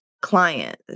client